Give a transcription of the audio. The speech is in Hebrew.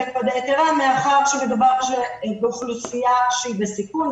הקפדה ייתרה מאחר שמדובר באוכלוסייה שהיא בסיכון,